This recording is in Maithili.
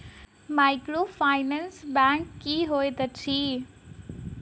माइक्रोफाइनेंस बैंक की होइत अछि?